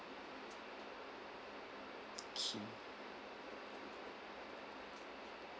okay